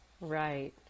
Right